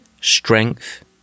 strength